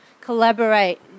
collaborate